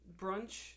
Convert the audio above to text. brunch